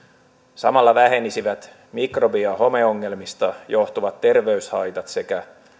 samalla vähenisivät mikrobi ja homeongelmista johtuvat terveyshaitat sekä